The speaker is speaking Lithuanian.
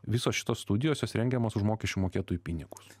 visos šitos studijos jos rengiamos už mokesčių mokėtojų pinigus